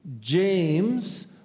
James